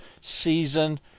season